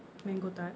mango tart